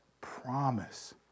promise